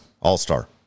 All-star